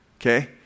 okay